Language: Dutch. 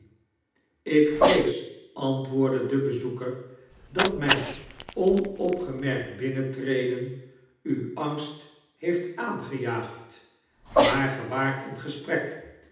ik vrees antwoordde de bezoeker dat mijn onopgemerkt binnentreden u angst heeft aangejaagd maar ge jwaart in gesprek